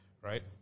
right